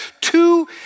two